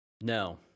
No